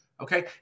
Okay